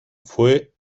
fue